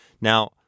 Now